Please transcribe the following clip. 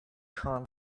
come